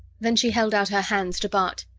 then she held out her hands to bart.